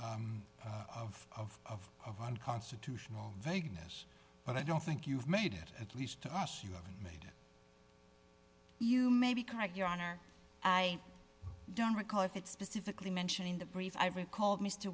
argument of of of of unconstitutional vagueness but i don't think you've made it at least to us you haven't made it you may be correct your honor i don't recall if it's specifically mentioned in the brief i recalled mr